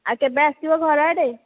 ଆଉ କେବେ ଆସିବ ଘର ଆଡ଼େ